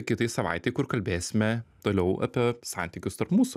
kitai savaitei kur kalbėsime toliau apie santykius tarp mūsų